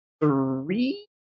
three